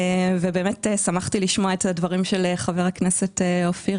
שמחתי לשמוע את דברי חבר הכנסת אופיר